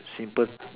simple